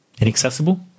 Inaccessible